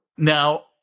Now